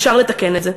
אפשר לתקן את זה.